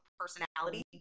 personality